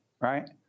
right